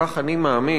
כך אני מאמין,